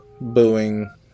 booing